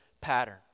pattern